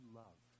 love